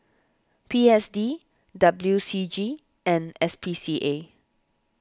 P S D W C G and S P C A